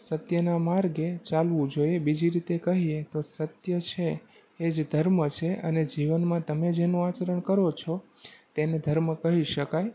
સત્યના માર્ગે ચાલવુ જોઈએ બીજી રીતે કહીએ તો સત્ય છે એ જ ધર્મ છે અને જીવનમાં તમે જેનું આચરણ કરો છો તેને ધર્મ કહી શકાય